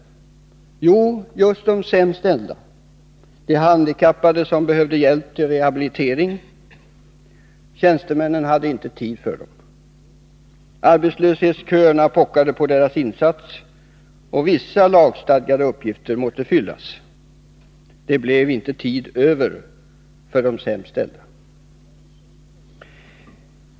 Jo, just de sämst ställda. Ta t.ex. de handikappade, som behövde hjälp med rehabilitering. Tjänstemännen hade inte tid med dem, eftersom arbetslöshetsköerna pockade på deras insats och vissa lagstadgade uppgifter måste utföras. Det blev inte tid över för de sämst ställda.